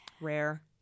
Rare